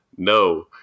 No